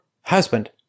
husband